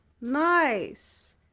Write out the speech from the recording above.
Nice